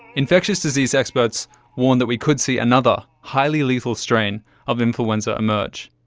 infectious disease experts warn that we could see another highly lethal strain of influenza emerge.